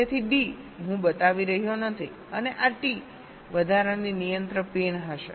તેથી ડી હું બતાવી રહ્યો નથી અને આ ટી વધારાની નિયંત્રણ પિન હશે